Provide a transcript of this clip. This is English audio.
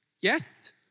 Yes